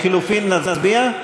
לחלופין, נצביע?